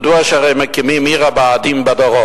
הרי ידוע שמקימים את עיר הבה"דים בדרום.